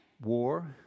war